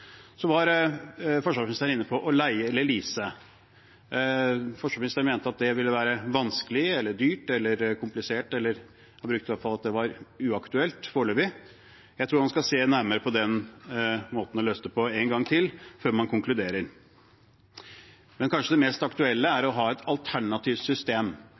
Så var forsvarsministeren inne på å leie eller lease. Forsvarsministeren mente at det ville være vanskelige, eller dyrt, eller komplisert – han mente i hvert fall at det var uaktuelt foreløpig. Jeg tror man skal se nærmere på den måten å løse det på en gang til før man konkluderer. Men kanskje det mest aktuelle er å ha et alternativt system